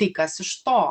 tai kas iš to